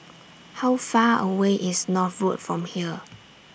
How Far away IS North Road from here